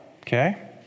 Okay